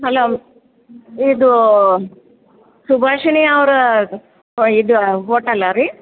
hello ಇದೂ ಸುಭಾಷಿಣಿ ಅವರಾ ಇದು ಹೋಟಲ್ಲಾ ರೀ